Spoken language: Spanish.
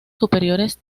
superiores